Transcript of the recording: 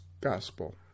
gospel